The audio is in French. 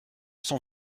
sont